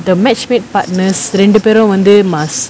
the matchmake partners ரெண்டு பேரு வந்து:rendu peru vanthu must